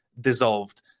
dissolved